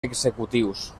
executius